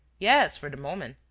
yes, for the moment.